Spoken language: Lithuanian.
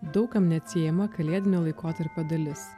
daug kam neatsiejama kalėdinio laikotarpio dalis